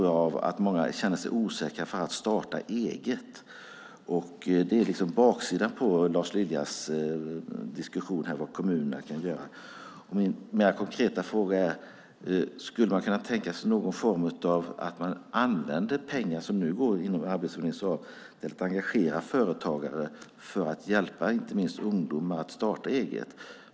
Jag tror att många känner sig osäkra inför att starta eget. Det är liksom baksidan på Lars Liljas diskussion här om vad kommunerna kan göra. Min mer konkreta fråga är om man skulle kunna tänka sig att i någon form använda pengar som nu hanteras inom Arbetsförmedlingens ram till att engagera företagare för att hjälpa inte minst ungdomar med att starta eget.